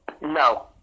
No